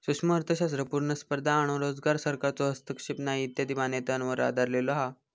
सूक्ष्म अर्थशास्त्र पुर्ण स्पर्धा आणो रोजगार, सरकारचो हस्तक्षेप नाही इत्यादी मान्यतांवर आधरलेलो हा